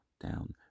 down